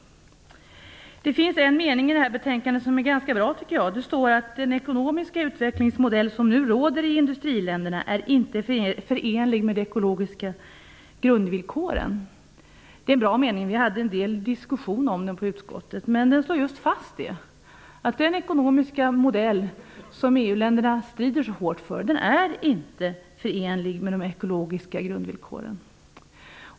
Det finns en mening i betänkandet som är ganska bra, tycker jag. Det står att den ekonomiska utvecklingsmodell som nu råder i industriländerna inte är förenlig med de ekologiska grundvillkoren. Det är en bra mening. Vi hade en del diskussion om den i utskottet. Den slår just fast att den ekonomiska modell som EU-länderna strider så hårt för inte är förenlig med de ekologiska grundvillkoren.